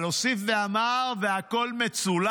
אבל הוא הוסיף ואמר, והכול מצולם: